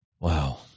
Wow